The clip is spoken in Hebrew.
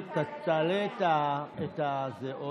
תעלה את זה עוד.